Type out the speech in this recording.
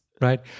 right